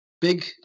big